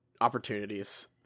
opportunities